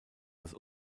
das